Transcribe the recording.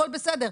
הכול בסדר,